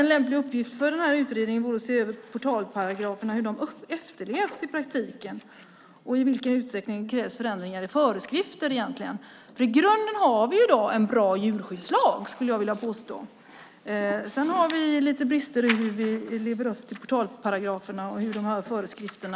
En lämplig uppgift för utredningen vore att se över hur portalparagraferna efterlevs i praktiken och i vilken utsträckning det krävs förändringar i föreskrifter, för i grunden har vi i dag en bra djurskyddslag, skulle jag vilja påstå. Sedan finns det lite brister i hur man lever upp till portalparagraferna och föreskrifterna.